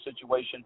situation